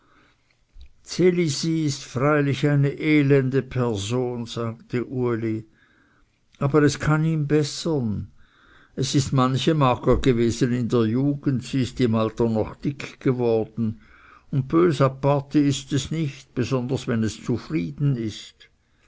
ds elisi ist freilich eine elende person sagte uli aber es kann ihm bessern es ist manche mager gewesen in der jugend sie ist im alter noch dick geworden und bös aparti ist es nicht besonders wenn es zufrieden ist